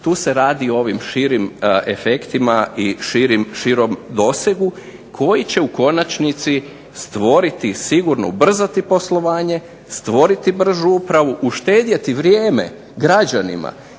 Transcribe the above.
tu se radi o ovim širim efektima i o širem dosegu koji će u konačnici stvoriti sigurno, ubrzati poslovanje, stvoriti bržu upravu, uštedjeti vrijeme građanima